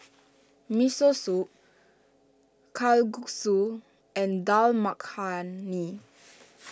Miso Soup Kalguksu and Dal Makhani